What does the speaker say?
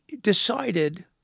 decided